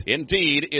indeed